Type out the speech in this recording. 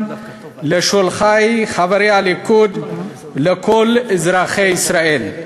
לשולחי חברי הליכוד ולכל אזרחי ישראל.